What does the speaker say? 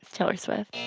taylor swift